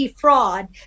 fraud